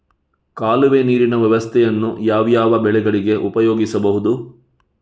ಕಾಲುವೆ ನೀರಿನ ವ್ಯವಸ್ಥೆಯನ್ನು ಯಾವ್ಯಾವ ಬೆಳೆಗಳಿಗೆ ಉಪಯೋಗಿಸಬಹುದು?